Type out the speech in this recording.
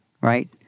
right